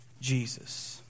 Jesus